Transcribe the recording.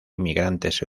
inmigrantes